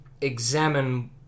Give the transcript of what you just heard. examine